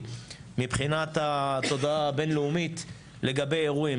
מבחינת התודעה הבין-לאומית לגבי אירועים.